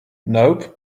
nope